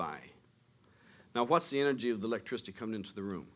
by now what's the energy of the lectures to come into the room